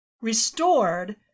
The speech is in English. restored